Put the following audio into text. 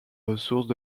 ressources